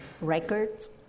records